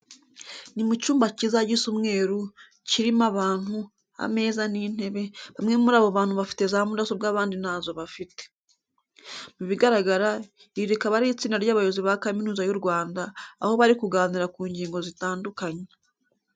Ni mu cyumba cyiza gisa umweru, kirimo abantu, ameza n'intebe, bamwe muri abo bantu bafite za mudasobwa abandi ntazo bafite. Mu bigaragara iri rikaba ari itsinda ry'abayobozi ba Kaminuza y'u Rwanda, aho bari kuganira ku ngingo zitandukanye.